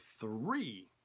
three